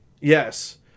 Yes